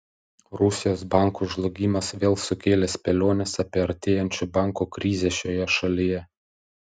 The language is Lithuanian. rusijos bankų žlugimas vėl sukėlė spėliones apie artėjančių bankų krizę šioje šalyje